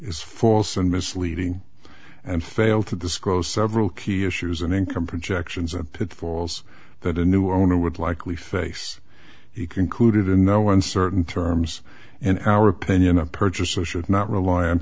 is false and misleading and fail to disclose several key issues and income projections of pitfalls that a new owner would likely face he concluded in no uncertain terms and our opinion a purchaser should not rely on